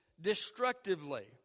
destructively